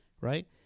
right